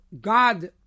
God